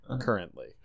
currently